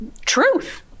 truth